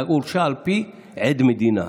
והורשע על פי עד מדינה.